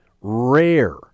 rare